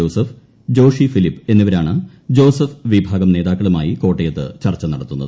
Joseph Joshi Philip എന്നിവരാണ് Joseph വിഭാഗം നേതാക്കളുമായി കോട്ടയത്ത് ചർച്ച നടത്തുന്നത്